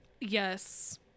Yes